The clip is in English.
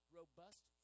robust